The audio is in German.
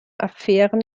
affären